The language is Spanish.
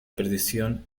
perdición